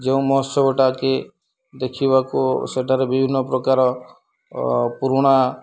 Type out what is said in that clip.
ଯେଉଁ ମହୋତ୍ସବଟା କି ଦେଖିବାକୁ ସେଠାରେ ବିଭିନ୍ନ ପ୍ରକାର ପୁରୁଣା